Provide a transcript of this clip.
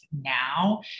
now